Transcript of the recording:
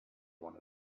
one